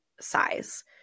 size